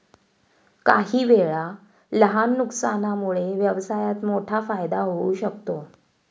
काहीवेळा लहान नुकसानामुळे व्यवसायात मोठा फायदा होऊ शकतो